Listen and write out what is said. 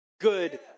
good